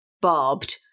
barbed